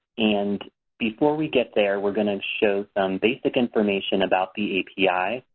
and before we get there we're going to show some basic information about the api.